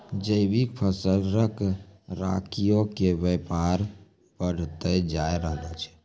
जैविक फल, तरकारीयो के व्यापार बढ़तै जाय रहलो छै